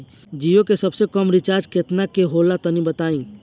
जीओ के सबसे कम रिचार्ज केतना के होला तनि बताई?